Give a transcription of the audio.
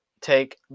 Take